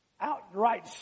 outright